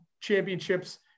Championships